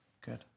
Good